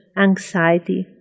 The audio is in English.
anxiety